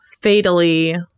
fatally